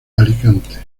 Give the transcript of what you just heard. alicante